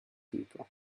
people